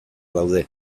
daude